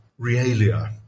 realia